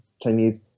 Chinese